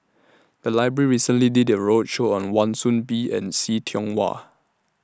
The Library recently did A roadshow on Wan Soon Bee and See Tiong Wah